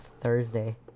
Thursday